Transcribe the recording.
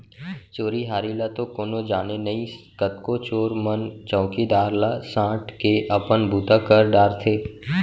चोरी हारी ल तो कोनो जाने नई, कतको चोर मन चउकीदार ला सांट के अपन बूता कर डारथें